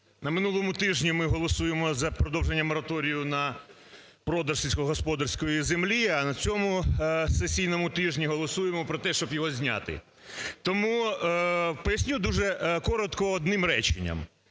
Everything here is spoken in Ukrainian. На минулому тижні ми голосуємо за продовження мораторію на продаж сільськогосподарської землі, а на цьому сесійному тижні голосуємо про те, щоб його зняти. Тому поясню дуже коротко одним реченням.